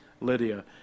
Lydia